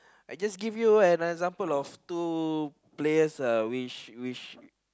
I just give you an example of two players uh which which